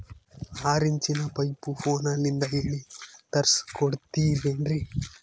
ಆರಿಂಚಿನ ಪೈಪು ಫೋನಲಿಂದ ಹೇಳಿ ತರ್ಸ ಕೊಡ್ತಿರೇನ್ರಿ?